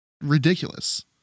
ridiculous